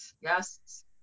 yes